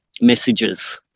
messages